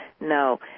No